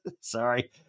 sorry